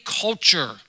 culture